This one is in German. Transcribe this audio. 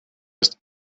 ist